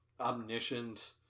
omniscient